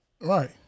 Right